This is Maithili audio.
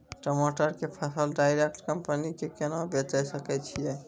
टमाटर के फसल डायरेक्ट कंपनी के केना बेचे सकय छियै?